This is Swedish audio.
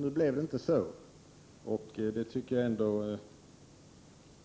Nu blev det inte så, och det tycker jag ändå